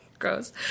gross